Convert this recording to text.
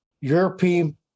European